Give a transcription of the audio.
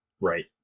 Right